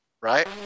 Right